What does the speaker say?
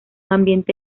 ambiente